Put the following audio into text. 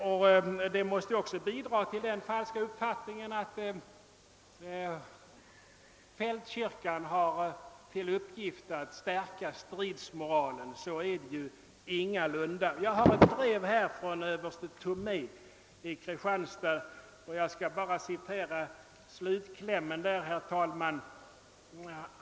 Också det måste bidra till den falska uppfattningen, att fältkyrkan har till uppgift att stärka stridsmoralen. Så är det ju ingalunda. Jag har ett brev från överste Thomé i Kristianstad och jag vill, herr talman, citera slutklämmen i det.